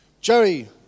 Jerry